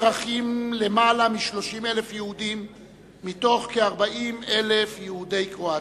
אחים ליותר מ-30,000 מכ-40,000 יהודי קרואטיה.